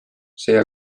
see